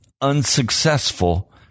unsuccessful